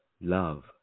Love